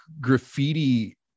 graffiti